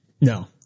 no